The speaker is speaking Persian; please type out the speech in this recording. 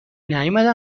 نیومدن